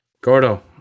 Gordo